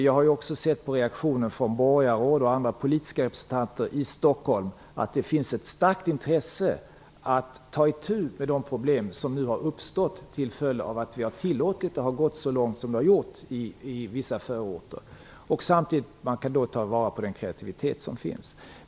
Jag har också sett på reaktioner från borgarråd och andra politiska representanter i Stockholm att det finns ett starkt intresse att ta itu med de problem som har uppstått till följd av att vi tillåtit att det har gått så långt som det har gjort i vissa förorter. Samtidigt kan man ta vara på den kreativitet som finns.